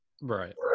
Right